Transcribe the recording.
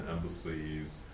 embassies